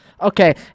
Okay